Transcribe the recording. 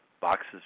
boxes